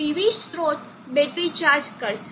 PV સ્રોત battery charge કરશે